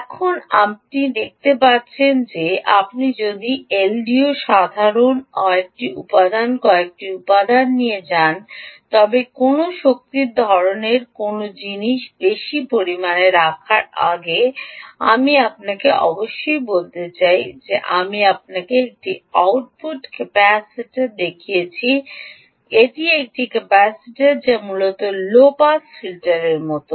এখন আপনি দেখতে পাচ্ছেন যে আপনি যদি এলডিও সাধারণ কয়েকটি উপাদান কয়েকটি উপাদান নিয়ে যান তবে কোনও শক্তির ধরণের কোনও জিনিস বেশি পরিমাণে রাখার আগে ওহ আমি আপনাকে অবশ্যই বলতে চাই যে আমি আপনাকে একটি আউটপুট ক্যাপাসিটার দেখিয়েছি এটি একটি ক্যাপাসিটার যা মূলত লো পাস ফিল্টারের মতো